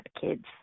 kids